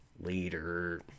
Later